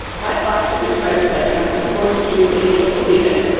my boss to his credit was like, we're not going to force you to do anything you don't believe in.